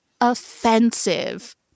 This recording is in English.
offensive